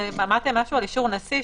אמרתם משהו על אישור נשיא,